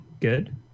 good